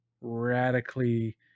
radically